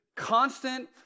constant